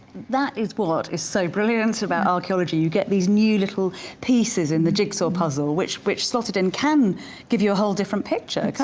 that is what ah is so brilliant about archaeology you get these new little pieces in the jigsaw puzzle which which slotted in can give you a whole different picture